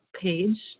page